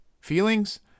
Feelings